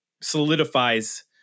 solidifies